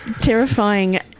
terrifying